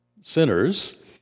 sinners